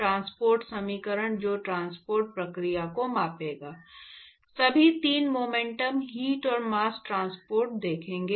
transport समीकरण जो transport प्रक्रिया को मापेंगा सभी तीन मोमेंटम हीट और मास्स ट्रांसपोर्ट देखेंगे